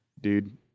Dude